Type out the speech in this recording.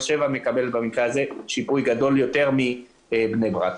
שבע מקבלת שיפוי גדול יותר מבני ברק.